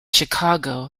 chicago